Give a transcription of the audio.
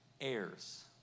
heirs